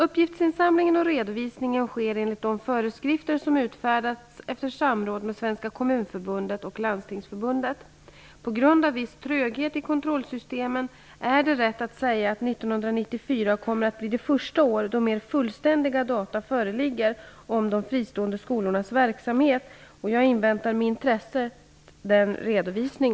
Uppgiftsinsamlingen och redovisningen sker enligt de föreskrifter som utfärdats efter samråd med På grund av en viss tröghet i kontrollsystemen är det rätt att säga att 1994 kommer att bli det första år då mera fullständiga data föreligger om de fristående skolornas verksamhet. Jag inväntar med intresse denna redovisning.